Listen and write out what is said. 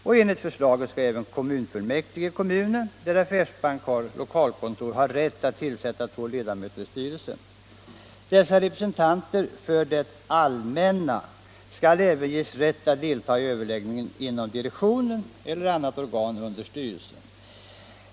Och enligt förslaget skall även kommunfullmäktige i kommunen, där affärsbank har lokalkontor, ha rätt att tillsätta två ledamöter av styrelsen. Dessa representanter för det allmänna skall även ges rätt att delta i överläggningen inom direktionen eller i annat organ under styrelsen.